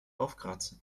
aufkratzen